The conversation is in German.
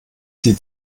sie